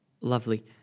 Lovely